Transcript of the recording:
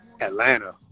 Atlanta